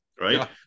right